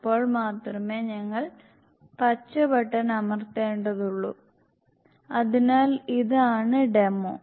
അപ്പോൾ മാത്രമേ ഞങ്ങൾ പച്ച ബട്ടൺ അമർത്തേണ്ടതുള്ളൂ അതിനാൽ ഇതാണ് ഡെമോ